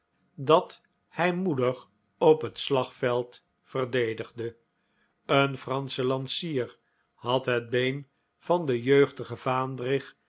dat hij moedig op het slagveld verdedigde een fransche lansier had het been van den jeugdigen